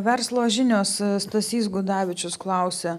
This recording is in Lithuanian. verslo žinios stasys gudavičius klausia